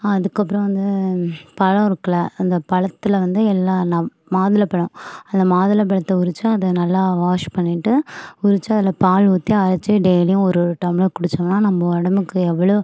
அதுக்கப்புறம் வந்து பழம் இருக்குதுல்ல அந்த பழத்தில் வந்து எல்லா நம் மாதுளை பழம் அந்த மாதுளை பழத்தை உரித்து அது நல்லா வாஷ் பண்ணிவிட்டு உரித்து அதில் பால் ஊற்றி அரைச்சு டெய்லியும் ஒரு ஒரு டம்ளர் குடித்தோம்னா நம்ம உடம்புக்கு எவ்வளோ